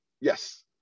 Yes